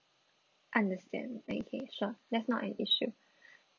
understand okay sure that's not an issue